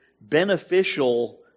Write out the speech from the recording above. beneficial